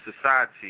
society